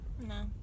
No